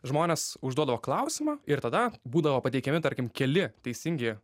žmonės užduodavo klausimą ir tada būdavo pateikiami tarkim keli teisingi